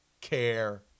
care